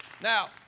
Now